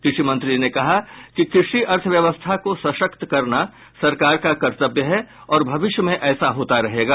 कृषि मंत्री ने कहा कि कि कृषि अर्थव्यवस्था को सशक्त करना सरकार का कर्तव्य है और भविष्य में ऐसा होता रहेगा